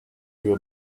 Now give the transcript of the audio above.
you